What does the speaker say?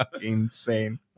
insane